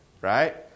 right